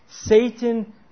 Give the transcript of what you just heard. Satan